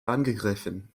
angegriffen